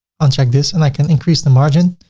uncheck this and i can increase the margin.